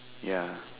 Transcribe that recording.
ya